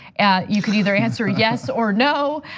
you could either answer yes or no.